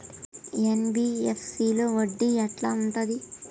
NBFC లో వడ్డీ ఎట్లా ఉంటది?